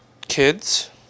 kids